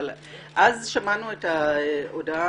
אבל אז שמענו את ההודעה,